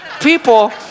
People